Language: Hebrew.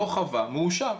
לא חווה, מאושר.